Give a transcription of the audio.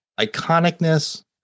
iconicness